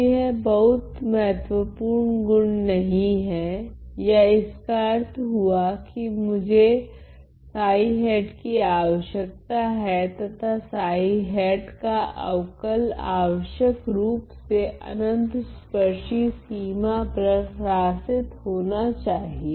तो यह बहुत महत्वपूर्ण गुण नहीं है या इसका अर्थ हुआ कि मुझे कि आवश्यकता है तथा का अवकल आवश्यकरूप से अनंतस्पर्शी सीमा पर ह्र्सीत होना चाहिए